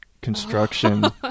construction